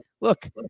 look